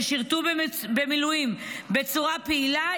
ששירתו במילואים בצורה פעילה,